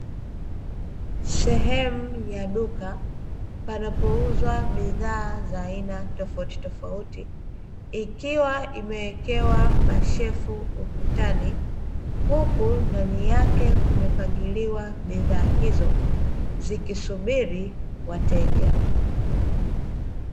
Sehemu ya duka, panapouzwa bidhaa za aina tofauti tofauti ikiwa imewekewa mashefu ukutani. Huku ndani yake kumepangiliwa bidhaa hizo, zikisubiri wateja.